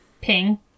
Ping